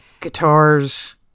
Guitars